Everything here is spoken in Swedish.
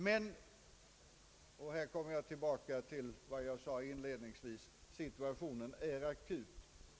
Men — och här kommer jag tillbaka till vad jag inledningsvis sade — situationen är akut.